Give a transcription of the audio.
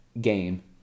game